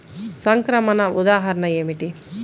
సంక్రమణ ఉదాహరణ ఏమిటి?